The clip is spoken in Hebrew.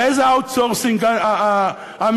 ואיזה outsourcing המפרקים,